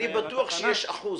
אני בטוח שיש אחוז,